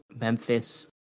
Memphis